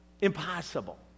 Impossible